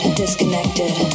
disconnected